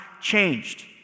changed